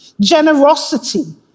generosity